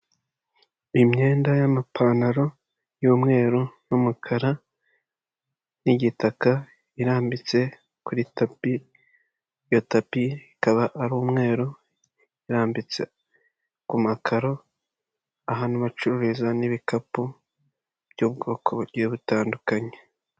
Imyenda y'amapantaro y'umweru, n'umukara, n'igitaka, irambitse kuri tapi, iyo tapi ikaba ari umweru, irambitse ku makaro, ahantu bacururiza n'ibicapu by'ubwoko bugiye butandukanye.